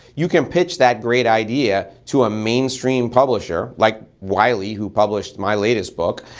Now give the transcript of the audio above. you can pitch that great idea to a mainstream publisher like wiley, who published my latest book,